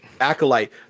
Acolyte